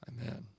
Amen